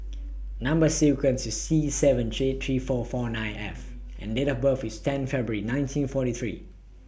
Number sequence IS T seven three three four four nine F and Date of birth IS ten February nineteen forty three